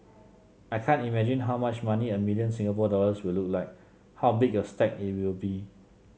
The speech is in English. I can't imagine how much money a million Singapore dollars will look like how big a stack it will be